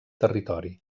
territori